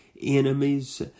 enemies